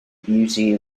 beauty